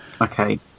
Okay